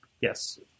Yes